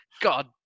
God